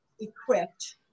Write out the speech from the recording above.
equipped